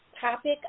topic